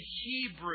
Hebrew